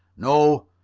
no.